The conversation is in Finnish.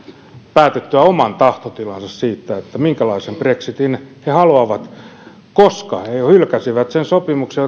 päätettyä oman tahtotilansa siitä minkälaisen brexitin he haluavat koska he hylkäsivät sen sopimuksen